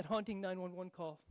hat haunting nine one one call